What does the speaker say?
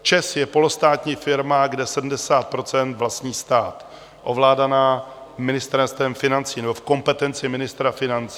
ČEZ je polostátní firma, kde 70 % vlastní stát, je ovládaná Ministerstvem financí nebo je v kompetenci ministra financí.